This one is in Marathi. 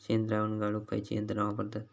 शेणद्रावण गाळूक खयची यंत्रणा वापरतत?